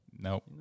Nope